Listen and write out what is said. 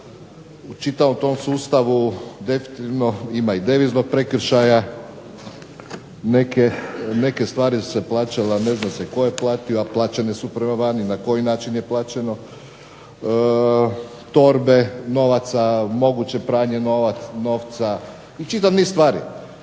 u čitavom tom sustavu definitivno ima i deviznog prekršaja. Neke stvari su se plaćale, a ne zna se tko je platio, a plaćene su prema vani. Na koji način je plaćeno? Torbe novaca, moguće pranje novca i čitav niz stvari.